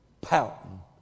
pouting